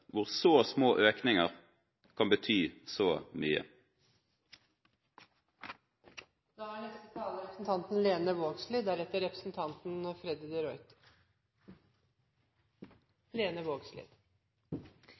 hvor så små økninger kan bety så